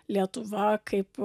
lietuva kaip